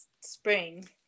spring